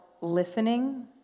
listening